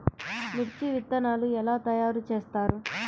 మిర్చి విత్తనాలు ఎలా తయారు చేస్తారు?